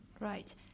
Right